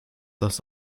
das